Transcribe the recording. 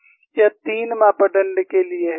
यह 3 मापदण्ड के लिए है